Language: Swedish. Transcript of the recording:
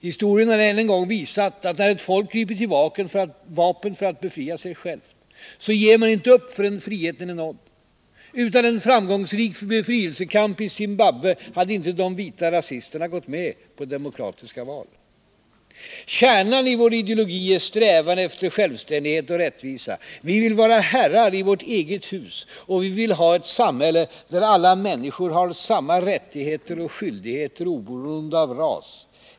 Historien har ännu en gång visat att när ett folk gripit till vapen för att befria sig självt, så ger man inte upp förrän friheten är nådd. Utan en framgångsrik befrielsekamp i Zimbabwe hade inte de vita rasisterna gått med på demokratiska val. ”Kärnan i vår ideologi är strävan efter självständighet och rättvisa. Vi vill vara herrar i vårt eget hus, och vi vill ha ett samhälle där alla människor har samma rättigheter och skyldigheter oberoende av ras.